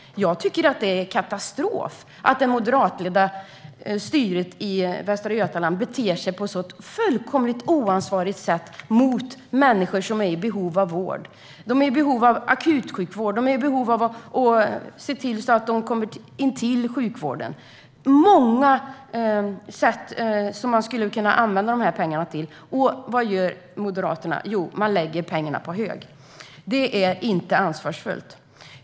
Jag tycker att det är en katastrof att det moderatledda styret i Västra Götaland beter sig på ett så fullkomligt oansvarigt sätt mot människor som är i behov av vård. De är i behov av akutsjukvård och annan sjukvård. Det finns mycket som man skulle kunna använda de här pengarna till. Och vad gör Moderaterna? Jo, man lägger pengarna på hög. Det är inte ansvarsfullt!